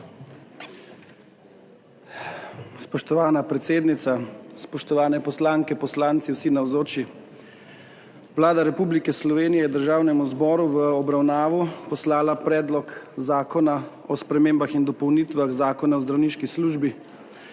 Spoštovana predsednica, spoštovane poslanke, poslanci, vsi navzoči! Vlada Republike Slovenije je Državnemu zboru v obravnavo poslala Predlog zakona o spremembah in dopolnitvah Zakona o zdravniški službi.